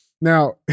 Now